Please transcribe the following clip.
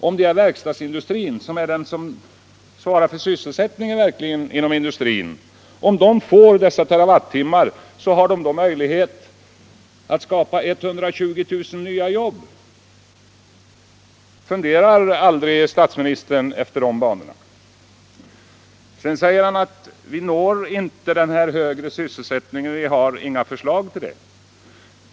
Om exempelvis verkstadsindustrin, som svarar för så stor del av sysselsättningen, får dessa Terawatttimmar, har man möjlighet att skapa 120000 nya jobb. Funderar aldrig statsministern i de banorna? Herr Palme säger att vi inte har några förslag om hur sysselsättningen skall ökas.